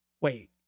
Wait